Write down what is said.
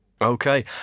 Okay